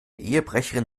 ehebrecherin